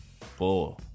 Four